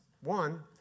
One